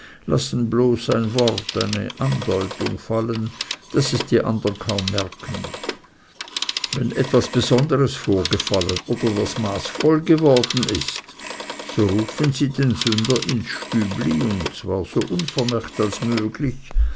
lassen bloß ein wort eine andeutung fallen daß es die andern kaum merken wenn etwas besonderes vorgefallen oder das maß voll geworden ist so rufen sie den sünder ins stübli und zwar so unvermerkt als möglich